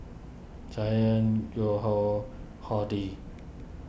Giant Horti